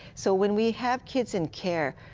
so when we have kids in care,